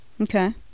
Okay